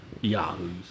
Yahoos